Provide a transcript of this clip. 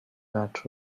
that